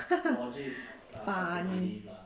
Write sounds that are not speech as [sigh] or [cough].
[laughs] funny